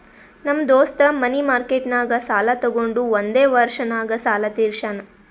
ನಮ್ ದೋಸ್ತ ಮನಿ ಮಾರ್ಕೆಟ್ನಾಗ್ ಸಾಲ ತೊಗೊಂಡು ಒಂದೇ ವರ್ಷ ನಾಗ್ ಸಾಲ ತೀರ್ಶ್ಯಾನ್